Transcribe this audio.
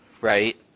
right